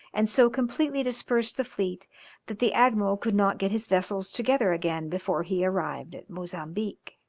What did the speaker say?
and so completely dispersed the fleet that the admiral could not get his vessels together again before he arrived at mozambique.